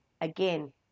again